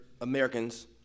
Americans